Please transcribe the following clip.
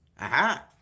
Aha